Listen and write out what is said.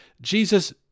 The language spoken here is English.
Jesus